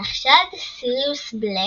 נחשד סיריוס בלק